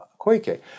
Koike